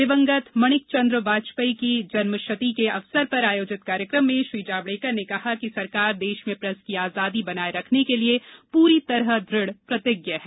दिवंगत माणिक चन्द्र वाजपेयी की जन्मशती के अवसर पर आयोजित कार्यक्रम में श्री जावड़ेकर ने कहा कि सरकार देश में प्रेस की आजादी बनाए रखने के लिए पूरी तरह दृढ़ प्रतिज्ञ है